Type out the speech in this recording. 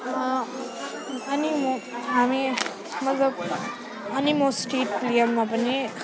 अनि म हामी मतलब अनि म स्टेट प्लेयरमा पनि